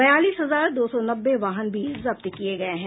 बयालीस हजार दो सौ नब्बे वाहन भी जब्त किये गये हैं